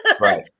Right